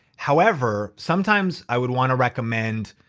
however, sometimes i would wanna recommend,